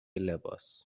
لباس